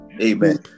Amen